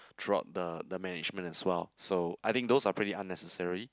throughout the the management as well so I think those are pretty unnecessary